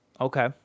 Okay